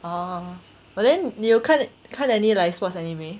orh but then 你有看看 any like sports anime